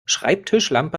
schreibtischlampe